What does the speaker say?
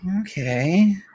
okay